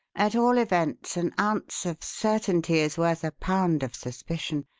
at all events, an ounce of certainty is worth a pound of suspicion,